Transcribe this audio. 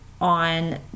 on